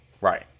Right